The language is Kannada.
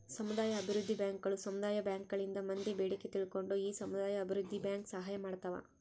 ಸಮುದಾಯ ಅಭಿವೃದ್ಧಿ ಬ್ಯಾಂಕುಗಳು ಸಮುದಾಯ ಬ್ಯಾಂಕ್ ಗಳಿಂದ ಮಂದಿ ಬೇಡಿಕೆ ತಿಳ್ಕೊಂಡು ಈ ಸಮುದಾಯ ಅಭಿವೃದ್ಧಿ ಬ್ಯಾಂಕ್ ಸಹಾಯ ಮಾಡ್ತಾವ